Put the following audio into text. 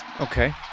Okay